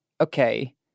okay